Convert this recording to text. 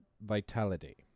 vitality